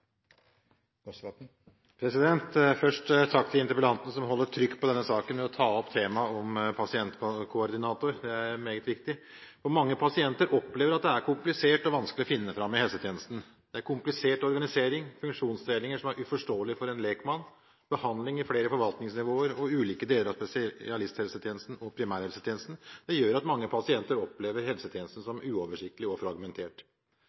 Først takk til interpellanten som holder trykk på denne saken ved å ta opp temaet om pasientkoordinator. Det er meget viktig, for mange pasienter opplever at det er komplisert og vanskelig å finne fram i helsetjenesten. Det er komplisert organisering, funksjonsdelinger som er uforståelige for en lekmann, og behandling på flere forvaltningsnivåer og i ulike deler av spesialist- og primærhelsetjenesten. Det gjør at mange pasienter opplever helsetjenesten som uoversiktlig og fragmentert.